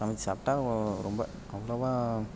சமைச்சு சாப்பிட்டா ரொம்ப அவ்வளோவா